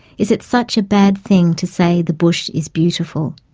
is it such a bad thing to say the bush is beautiful?